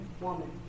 woman